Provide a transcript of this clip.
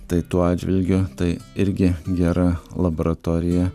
tai tuo atžvilgiu tai irgi gera laboratorija